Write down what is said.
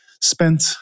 Spent